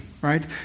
right